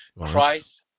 Christ